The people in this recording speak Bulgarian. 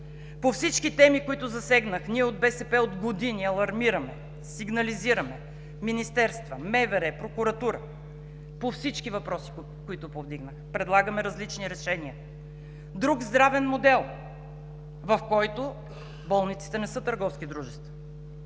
По всички теми, които засегнах, ние от БСП от години алармираме, сигнализираме министерства, МВР, Прокуратура по всички въпроси, които повдигнах. Предлагаме различни решения: друг здравен модел, в който болниците не са търговски дружества;